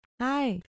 hi